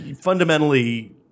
Fundamentally